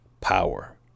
power